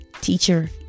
teacher